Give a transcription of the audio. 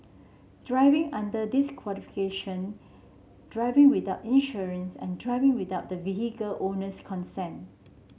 driving under disqualification driving without insurance and driving without the vehicle owner's consent